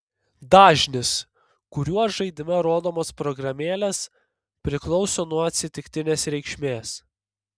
dažnis kuriuo žaidime rodomos programėlės priklauso nuo atsitiktinės reikšmės